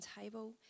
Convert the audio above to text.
table